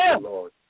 Lord